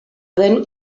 den